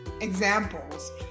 examples